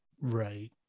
Right